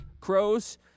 crows